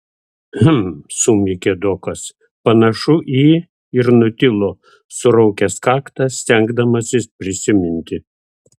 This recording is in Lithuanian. hm sumykė dokas panašu į ir nutilo suraukęs kaktą stengdamasis prisiminti